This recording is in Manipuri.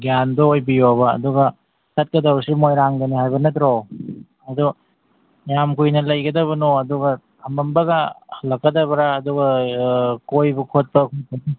ꯒ꯭ꯌꯥꯟꯗꯣ ꯑꯣꯏꯕꯤꯌꯣꯕ ꯑꯗꯨꯒ ꯆꯠꯀꯗꯧꯔꯤꯁꯤ ꯃꯣꯏꯔꯥꯡꯗꯅꯤ ꯍꯥꯏꯕ ꯅꯠꯇ꯭ꯔꯣ ꯑꯗꯨ ꯀꯌꯥꯝ ꯀꯨꯏꯅ ꯂꯩꯒꯗꯕꯅꯣ ꯑꯗꯨꯒ ꯊꯝꯃꯝꯕꯒ ꯍꯜꯂꯛꯀꯗꯕ꯭ꯔꯥ ꯑꯗꯨꯒ ꯀꯣꯏꯕ ꯈꯣꯠꯄ